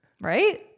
right